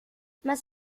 más